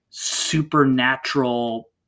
supernatural